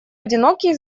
одинокий